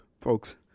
folks